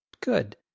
good